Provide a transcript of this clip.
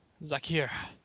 Zakir